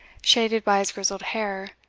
shaded by his grizzled hair,